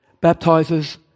baptizes